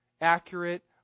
Accurate